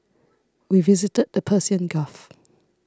we visited the Persian Gulf